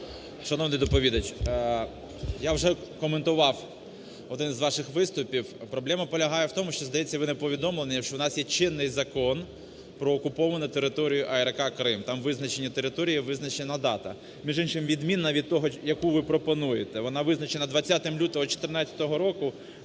Шановний доповідач, я вже коментував один з ваших виступів. Проблема полягає в тому, що, здається, ви не повідомленні, що у нас є чинний Закон про окуповану територію АРК Крим. Там визначені території, визначена дата. Між іншим, відмінна від того, яку ви пропонуєте. Вона визначена 20 лютого 2014 року.